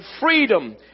freedom